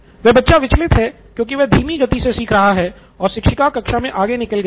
वह बच्चा विचलित है क्योंकि वह धीमी गति से सीख रहा है और शिक्षिका कक्षा मे आगे निकाल गयी हैं